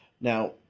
Now